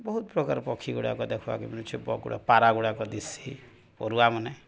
ବହୁତ ପ୍ରକାର ପକ୍ଷୀ ଗୁଡ଼ାକ ଦେଖବାକେ ମିଲୁଛେ ପାରା ଗୁଡ଼ାକ ଦିଶି ପରୁଆମାନେ